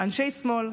אנשי שמאל,